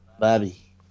Bobby